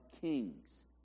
kings